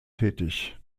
tätig